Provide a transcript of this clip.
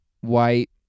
White